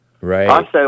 Right